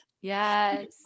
yes